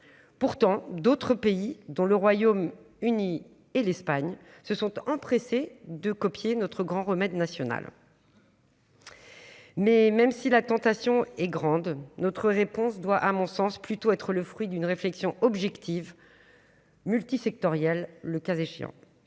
pourtant d'autres pays, dont le Royaume Uni et l'Espagne se sont empressés de copier notre grand remède nationale. Mais même si la tentation est grande notre réponse doit à mon sens plutôt être le fruit d'une réflexion objective. Multisectoriels, le cas échéant,